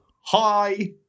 Hi